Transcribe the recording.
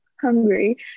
hungry